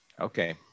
Okay